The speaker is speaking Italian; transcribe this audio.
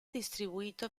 distribuito